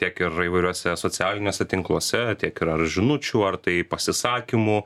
tiek ir įvairiuose socialiniuose tinkluose tiek ir ar iš žinučių ar tai pasisakymų